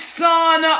son